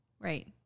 right